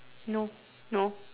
no no